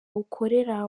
ukorera